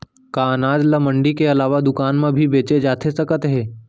का अनाज ल मंडी के अलावा दुकान म भी बेचे जाथे सकत हे?